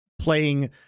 playing